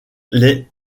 des